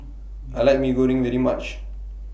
I like Mee Goreng very much